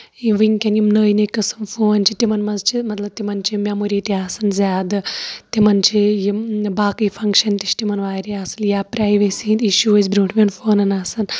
وٕنکیٚن یِم نٔے نٔے قٕسٕم فون چھِ تِمن منٛز چھِ مطلب تِمن چھِ میٚموری تہِ آسان زیادٕ تِمن چھِ یِم باقٕے فَنگشن تہِ چھِ تِمن واریاہ اَصٕل یا پریٚویسی ہِندۍ اِشوٗ ٲسۍ برونھمٮ۪ن فونن آسان